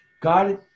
God